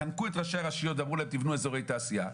חנקו את ראשי הרשויות ואמרו להם שיבנו אזורי תעשייה,